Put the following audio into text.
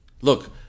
Look